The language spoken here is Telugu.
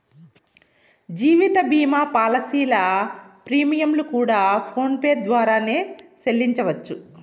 జీవిత భీమా పాలసీల ప్రీమియంలు కూడా ఫోన్ పే ద్వారానే సెల్లించవచ్చు